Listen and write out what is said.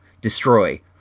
destroy